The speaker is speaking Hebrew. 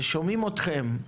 ושומעים אתכם,